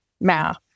math